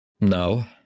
No